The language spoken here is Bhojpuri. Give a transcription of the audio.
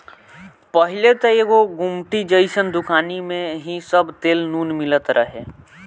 पहिले त एगो गुमटी जइसन दुकानी में ही सब तेल नून मिलत रहे